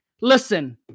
listen